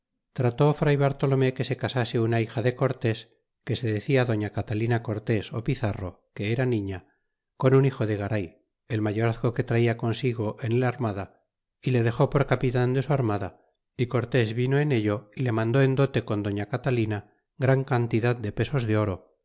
trata fr bartolomé que se casase una hija de cortés que se decia doña catalina cortés ó pizarro que era niña con un hijo de garay el mayorazgo que traía consigo en el armada é le dexó por capitan de su armada y cortés vino en ello yle mandó en dote con doña catalina gran cantidad de pesos de oro